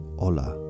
hola